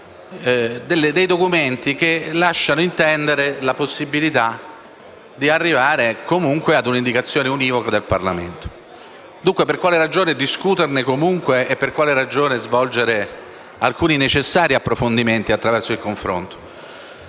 documenti che lasciano intendere la possibilità di arrivare a un'indicazione univoca del Parlamento. Dunque, per quali ragioni discuterne comunque e svolgere alcuni necessari approfondimenti attraverso il confronto?